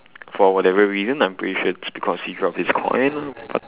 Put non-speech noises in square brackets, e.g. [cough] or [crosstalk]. [breath] for whatever reason I'm pretty sure it's because he dropped his coin but